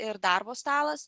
ir darbo stalas